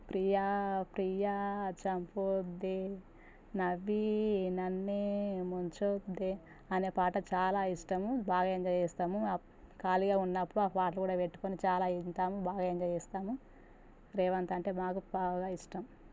ప్రియా ప్రియా చంపొద్దే నవ్వి నన్నే ముంచోద్దే అనే పాట చాలా ఇష్టము బాగా ఎంజాయ్ చేస్తాము ఖాళీగా ఉన్నప్పుడు ఆ పాట పెట్టుకొని చాలా వింటాము బాగా ఎంజాయ్ చేస్తాము రేవంత్ అంతే బాగా ఇష్టము